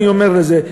אני אומר את זה.